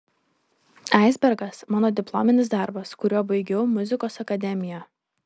aisbergas mano diplominis darbas kuriuo baigiau muzikos akademiją